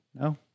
no